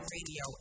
Radio